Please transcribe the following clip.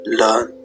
learn